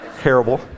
Terrible